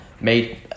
made